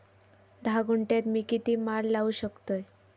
धा गुंठयात मी किती माड लावू शकतय?